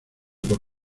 por